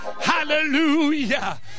hallelujah